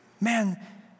man